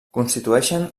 constitueixen